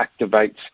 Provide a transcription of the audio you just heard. activates